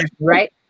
right